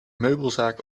meubelzaak